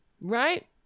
Right